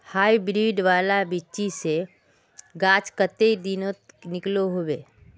Hybrid वाला बिच्ची से गाछ कते दिनोत निकलो होबे?